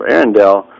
Arendelle